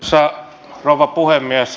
arvoisa rouva puhemies